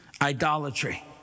idolatry